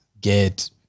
get